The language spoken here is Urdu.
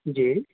جی